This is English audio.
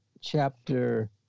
chapter